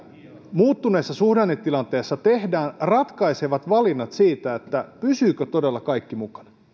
muuttuneessa suhdannetilanteessa tehdään ratkaisevat valinnat siitä pysyvätkö todella kaikki mukana